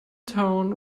town